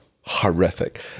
horrific